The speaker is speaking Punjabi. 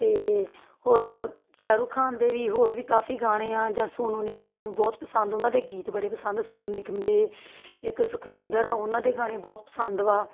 ਅਤੇ ਹੋਰ ਸ਼ਾਹਰੁਖ ਖਾਨ ਦੇ ਵੀ ਹੋਰ ਵੀ ਕਾਫੀ ਗਾਣੇ ਆ ਜਾਂ ਸੋਨੂ ਨਿਗਮ ਮੈਨੂੰ ਬਹੁਤ ਪਸੰਦ ਉਨ੍ਹਾਂ ਦੇ ਗੀਤ ਬੜੇ ਪਸੰਦ ਸੋਨੂ ਨਿਗਮ ਦੇ ਇੱਕ ਸੁਖਵਿੰਦਰ ਆ ਉਹਨਾਂ ਦੇ ਗਾਣੇ ਬਹੁਤ ਪਸੰਦ ਵਾ